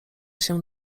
się